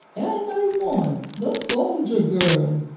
and i want, the soldier girl,